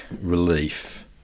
relief